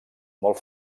molt